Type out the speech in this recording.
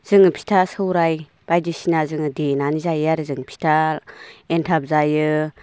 जोङो फिथा सौराइ बायदिसिना जोङो देनानै जायो आरो जों फिथा एनथाब जायो